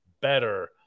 better